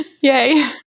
yay